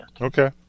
Okay